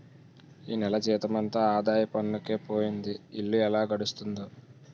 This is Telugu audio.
ఈ నెల జీతమంతా ఆదాయ పన్నుకే పోయింది ఇల్లు ఎలా గడుస్తుందో